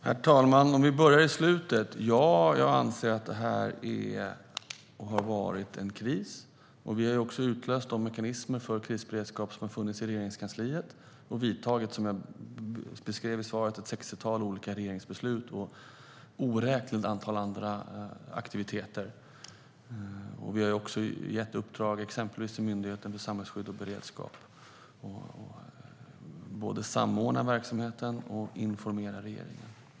Herr talman! Vi börjar i slutet: Ja, jag anser att det här är och har varit en kris. Vi har också utlöst de mekanismer för krisberedskap som har funnits i Regeringskansliet. Som jag beskrev i svaret har vi fattat ett sextiotal olika regeringsbeslut, och det sker ett oräkneligt antal andra aktiviteter. Vi har också exempelvis gett i uppdrag till Myndigheten för samhällsskydd och beredskap att både samordna verksamheten och informera regeringen.